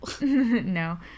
No